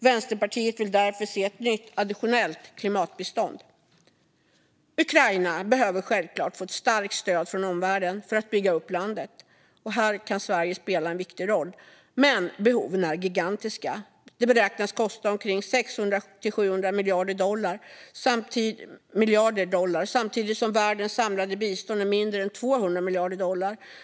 Vänsterpartiet vill därför se ett nytt additionellt klimatbistånd. Ukraina behöver självklart få ett starkt stöd från omvärlden för att bygga upp landet. Här kan Sverige spela en viktig roll, men behoven är gigantiska. Det beräknas kosta 600-700 miljarder dollar samtidigt som världens samlade bistånd uppgår till mindre än 200 miljarder dollar.